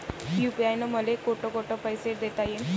UPI न मले कोठ कोठ पैसे देता येईन?